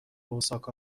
اوساکا